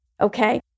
Okay